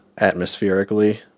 atmospherically